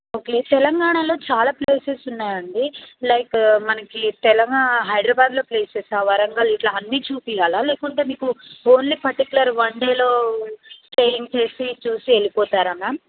okay తెలంగాణలో చాలా places ఉన్నాయి అండి లైక్ మనకి తెలంగ హైదరబాద్లో ప్లేసెసా వరంగల్ ఇలా అన్నీ చూపించాలా లేకపోతే మీకు ఓన్లీ పర్టికులర్ వన్డేలో స్టేయింగ్ చేసి చూసి వెళ్ళిపోతారా మ్యామ్